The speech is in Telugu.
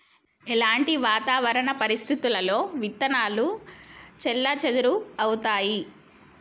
ఎలాంటి వాతావరణ పరిస్థితుల్లో విత్తనాలు చెల్లాచెదరవుతయీ?